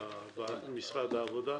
זה כבר לא משרד הכלכלה,